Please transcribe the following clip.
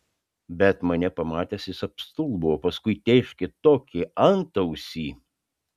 bet mane pamatęs jis apstulbo o paskui tėškė tokį antausį